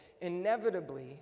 inevitably